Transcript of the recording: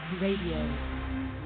radio